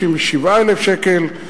37,000 שקלים,